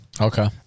Okay